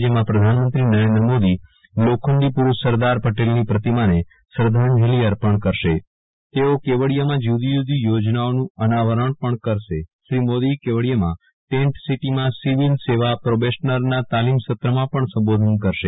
જેમાં પ્રધાનમંત્રી નરેન્દ્ર મોદી લોખંડી પુરૂષ સરદાર પટેલની પ્રતિમાને શ્રધ્ધાંજલિ અર્પણ કરશે તેઓ કેવડીયામાં જુદી જુદી યોજનાઓનું અનાવરણ પણ કરશે શ્રી મોદી કેવડીયામાં ટેંટ સિટીમાં સેવા પ્રોબેશનરના તાલીમ સત્રમાં પણ સંબોધન કરશે